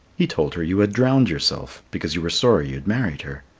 he told her you had drowned yourself because you were sorry you had married her.